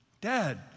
Dad